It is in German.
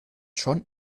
schon